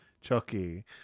Chucky